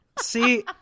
See